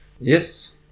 Yes